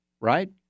right